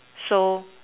so